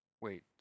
Wait